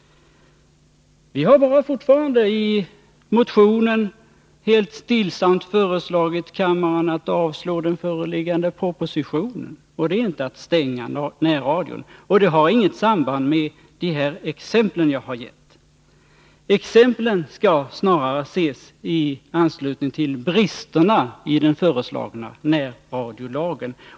Vi har i vår motion helt stillsamt föreslagit kammaren att avslå den föreliggande propositionen. Det är inte att stänga närradion. Det har inget samband med de exempel som jag gav. Exemplen skall snarare ses i anslutning till bristerna i den föreslagna närradiolagen.